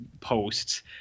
posts